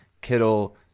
Kittle